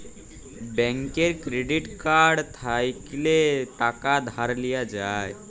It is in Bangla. ব্যাংকের ক্রেডিট কাড় থ্যাইকলে টাকা ধার লিয়া যায়